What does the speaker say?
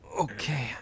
okay